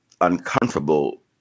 uncomfortable